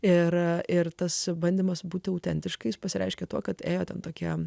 ir ir tas bandymas būti autentiškais pasireiškė tuo kad ėjo ten tokie